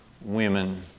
women